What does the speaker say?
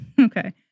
okay